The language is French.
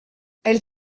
elle